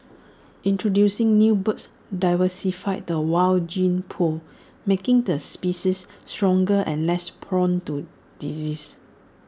introducing new birds diversify the wild gene pool making the species stronger and less prone to disease